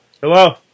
Hello